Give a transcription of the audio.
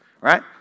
right